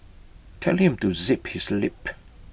tell him to zip his lip